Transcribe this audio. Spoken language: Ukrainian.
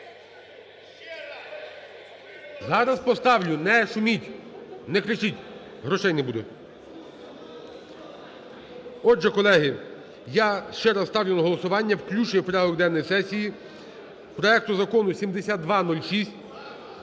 Зараз поставлю, не шуміть, не кричіть – грошей не буде. Отже, колеги, я ще раз ставлю на голосування включення в порядок денний сесії проекту Закону 7206